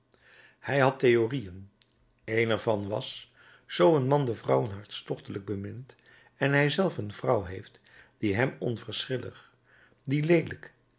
hij had theorieën eene er van was zoo een man de vrouwen hartstochtelijk bemint en hij zelf een vrouw heeft die hem onverschillig die leelijk